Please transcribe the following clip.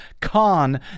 con